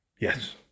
Yes